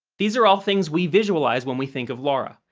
these are all things we visualize when we think of laura,